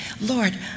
lord